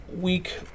week